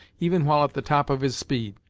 even while at the top of his speed.